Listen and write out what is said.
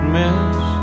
miss